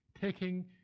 taking